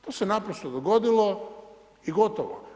To se naprosto dogodilo i gotovo.